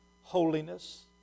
holiness